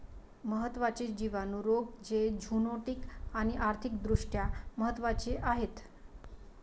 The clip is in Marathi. महत्त्वाचे जिवाणू रोग जे झुनोटिक आणि आर्थिक दृष्ट्या महत्वाचे आहेत